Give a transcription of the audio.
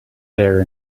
there